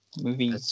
movie